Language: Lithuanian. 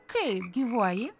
kaip gyvuoji